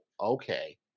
okay